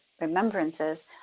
remembrances